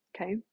okay